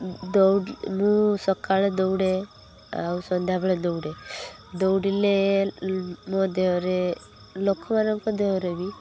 ଦୌଡ଼ରୁ ସକାଳେ ଦୌଡ଼େ ଆଉ ସନ୍ଧ୍ୟା ବେଳେ ଦୌଡ଼େ ଦୌଡ଼ିଲେ ମୋ ଦେହରେ ଲୋକମାନଙ୍କ ଦେହରେ ବି